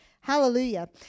Hallelujah